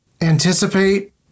anticipate